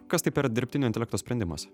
kas tai per dirbtinio intelekto sprendimas